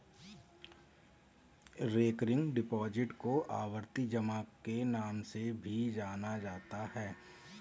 recurring deposit को आवर्ती जमा के नाम से भी जाना जाता है